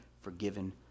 forgiven